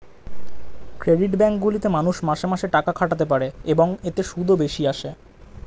credit bank গুলিতে মানুষ মাসে মাসে টাকা খাটাতে পারে, এবং এতে সুদও বেশি আসে